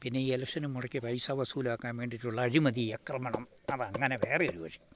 പിന്നെയീ ഇലക്ഷന് മുടക്കിയ പൈസ വസൂലാക്കാൻ വേണ്ടിയിട്ടുള്ള അഴിമതി അക്രമണം അതങ്ങനെ വേറെയൊരുവശം